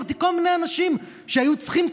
אמרתי: כל מיני אנשים שהיו צריכים,